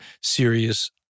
serious